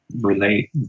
relate